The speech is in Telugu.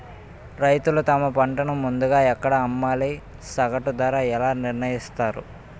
రైతులు తమ పంటను ముందుగా ఎక్కడ అమ్మాలి? సగటు ధర ఎలా నిర్ణయిస్తారు?